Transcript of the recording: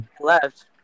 left